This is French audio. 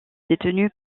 détenue